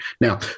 Now